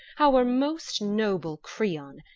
our most noble creon,